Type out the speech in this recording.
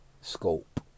scope